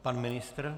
Pan ministr?